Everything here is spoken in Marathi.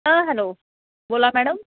हां हॅलो बोला मॅडम